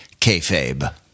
kayfabe